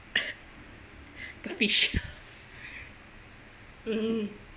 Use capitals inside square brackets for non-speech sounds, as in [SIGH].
[LAUGHS] the fish mm